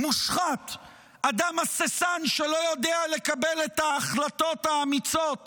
מי ערב לנו שלא סיכמת איתם שבתוך משלוחי המזון והציוד יש גם מעטפות